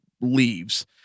leaves